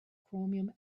chromium